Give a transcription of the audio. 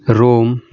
Rome